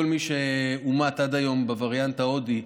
כל מי שאומתו עד היום בווריאנט ההודי,